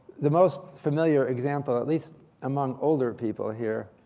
the most familiar example, at least among older people here,